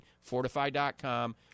fortify.com